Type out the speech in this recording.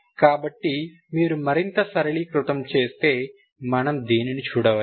కాబట్టి మీరు మరింత సరళీకృతం చేస్తే మనం దీనిని చూడవచ్చు